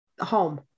home